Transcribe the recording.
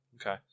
Okay